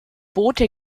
boote